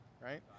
right